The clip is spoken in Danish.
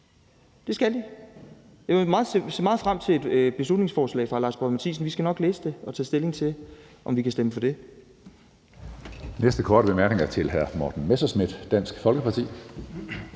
Det skal de. Jeg vil se meget frem til et beslutningsforslag fra hr. Lars Boje Mathiesen. Vi skal nok læse det og tage stilling til, om vi kan stemme for det.